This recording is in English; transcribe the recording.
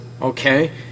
okay